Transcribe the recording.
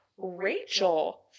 Rachel